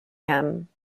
him